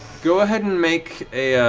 go ahead and make